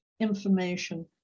information